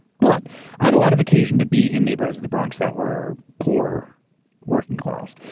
but i had a lot of occasion to be in neighborhoods of the bronx that were poor working class.